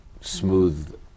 smooth